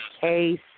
case